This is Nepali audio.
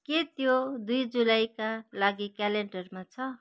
के त्यो दुई जुलाईका लागि क्यालेन्डरमा छ